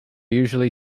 usually